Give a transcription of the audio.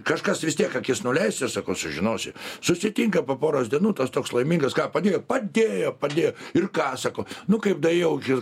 kažkas vis tiek akis nuleis ir sako sužinosi susitinka po poros dienų tas toks laimingas kad padėjo padėjo padėjo ir ką sako nu kaip daėjau iki